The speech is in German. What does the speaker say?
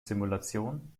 simulation